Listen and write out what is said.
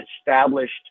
established